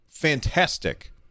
fantastic